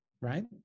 right